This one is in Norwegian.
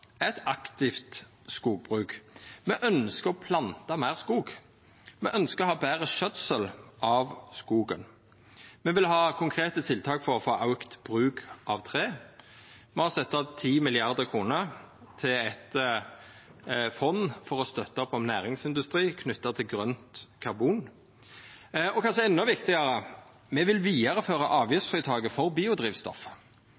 er eit aktivt skogbruk. Me ønskjer å planta meir skog. Me ønskjer å ha betre skjøtsel av skogen. Me vil ha konkrete tiltak for å få auka bruk av tre. Me har sett av 10 mrd. kr til eit fond for å støtta opp om næringsindustri knytt til grønt karbon. Og kanskje endå viktigare: Me vil